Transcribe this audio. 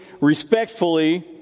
respectfully